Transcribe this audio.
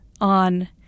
on